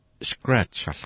Scratch